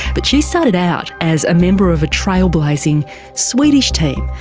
but she started out as a member of a trailblazing swedish team,